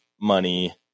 money